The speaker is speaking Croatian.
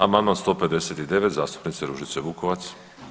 Amandman 159. zastupnice Ružice Vukovac.